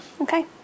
Okay